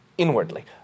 Inwardly